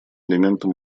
элементом